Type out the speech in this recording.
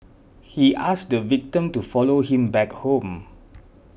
he asked the victim to follow him back home